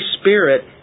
Spirit